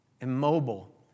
immobile